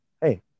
Hey